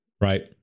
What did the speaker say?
right